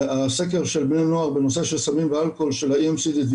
הסקר של בני נוער בנושא של סמים ואלכוהול של ה-EMCDDA,